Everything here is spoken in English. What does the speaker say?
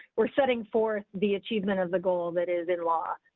we're setting for the achievement of the goal that is in law,